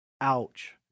Ouch